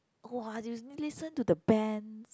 [wah] you listen to the band